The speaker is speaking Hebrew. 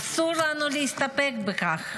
אסור לנו להסתפק בכך.